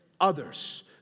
others